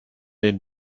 den